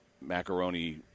macaroni